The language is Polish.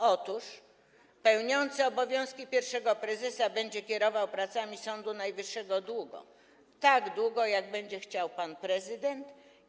Otóż pełniący obowiązki pierwszego prezesa będzie kierował pracami Sądu Najwyższego długo - tak długo, jak będzie chciał pan prezydent.